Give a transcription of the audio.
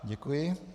Děkuji.